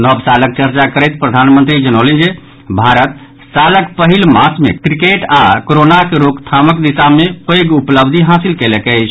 नव सालक चर्चा करैत प्रधानमंत्री जनौलनि जे भारत सालक पहिल मास मे क्रिकेट आओर कोरोनाक रोकथामक दिशा मे पैघ उपलब्धि हासिल कयलक अछि